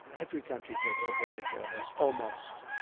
every country takes advantage of us, almost.